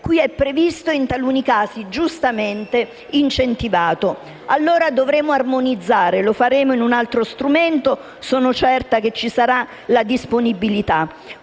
qui è previsto e, in taluni casi, giustamente incentivato. Allora, dovremo armonizzare. Lo faremo in un altro momento, sono certa che ci sarà disponibilità